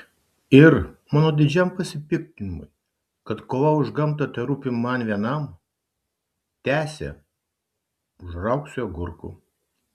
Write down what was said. ir mano didžiam pasipiktinimui kad kova už gamtą terūpi man vienam tęsė užraugsiu agurkų